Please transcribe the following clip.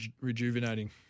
rejuvenating